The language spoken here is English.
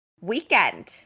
weekend